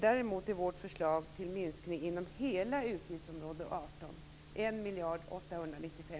Däremot är vårt förslag till minskning inom hela utgiftsområde 18 1 miljard 895